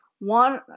one